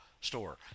store